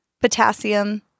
potassium